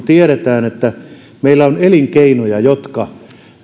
tiedetään että meillä on elinkeinoja jotka